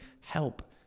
help